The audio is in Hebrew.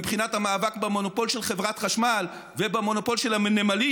מבחינת המאבק במונופול של חברת חשמל ובמונופול של הנמלים